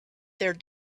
their